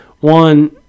one